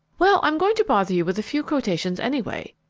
well, i'm going to bother you with a few quotations, anyway.